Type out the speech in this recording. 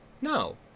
No